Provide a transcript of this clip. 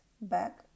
back